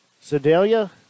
Sedalia